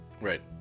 Right